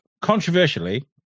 Controversially